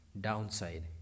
downside